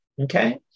okay